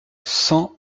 cent